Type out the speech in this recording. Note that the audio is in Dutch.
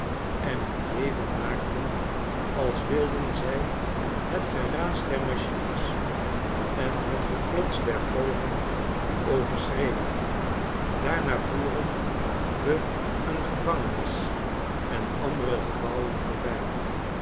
en een leven maakten als wilden zij hetgeraas der machines en net geklots der golven overschreeuwen daarna voeren we een gevangenis en andere gebouwen voorbij